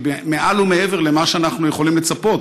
מעל ומעבר למה שאנחנו יכולים לצפות לו,